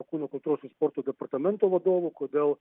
kūno kultūros ir sporto departamento vadovų kodėl